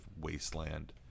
wasteland